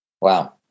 Wow